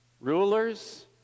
Rulers